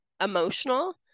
emotional